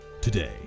today